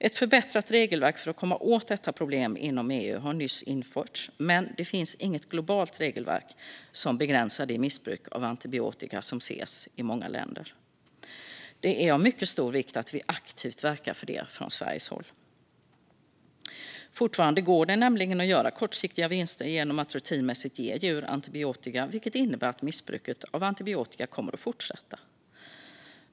Ett förbättrat regelverk för att komma åt detta problem inom EU har nyss införts, men det finns inget globalt regelverk som begränsar det missbruk av antibiotika som ses i många länder. Det är av mycket stor vikt att vi aktivt verkar för det från Sveriges håll. Fortfarande går det nämligen att göra kortsiktiga vinster genom att rutinmässigt ge djur antibiotika, vilket innebär att missbruket av antibiotika kommer att fortsätta.